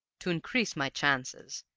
to increase my chances,